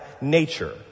nature